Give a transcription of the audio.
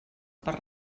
per